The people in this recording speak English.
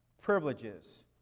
privileges